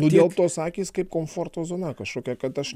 nudelbtos akys kaip komforto zona kažkokia kad aš